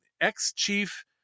ex-Chief